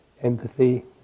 empathy